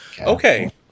Okay